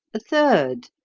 a third.